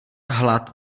hlad